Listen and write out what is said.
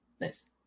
nice